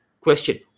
Question